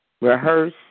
rehearse